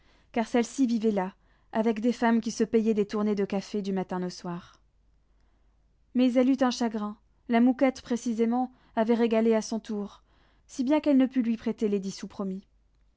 car celle-ci vivait là avec des femmes qui se payaient des tournées de café du matin au soir mais elle eut un chagrin la mouquette précisément avait régalé à son tour si bien qu'elle ne put lui prêter les dix sous promis